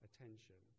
Attention